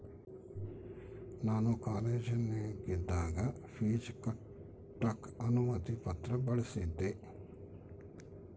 ನಾನು ಕಾಲೇಜಿನಗಿದ್ದಾಗ ಪೀಜ್ ಕಟ್ಟಕ ಅನುಮತಿ ಪತ್ರ ಬಳಿಸಿದ್ದೆ